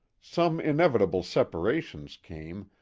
some inevitable separations came,